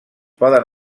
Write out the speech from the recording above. poden